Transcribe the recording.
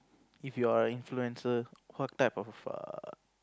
if you are an influencer what type of err